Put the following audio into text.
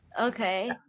okay